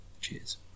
Cheers